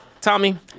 Tommy